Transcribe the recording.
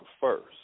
first